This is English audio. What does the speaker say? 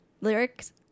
lyrics